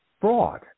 fraud